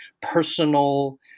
personal